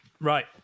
right